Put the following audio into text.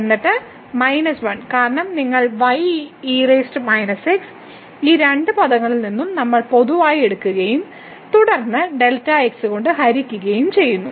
എന്നിട്ട് 1 കാരണം നിങ്ങൾ ഈ രണ്ട് പദങ്ങളിൽ നിന്ന് നമ്മൾ പൊതുവായി എടുക്കുകയും തുടർന്ന് Δx കൊണ്ട് ഹരിക്കുകയും ചെയ്യുന്നു